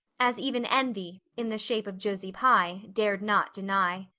as even envy, in the shape of josie pye, dared not deny.